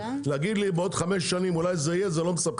להגיד לי בעוד חמש שנים אולי זה יהיה, זה לא מספק.